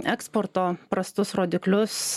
eksporto prastus rodiklius